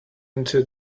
until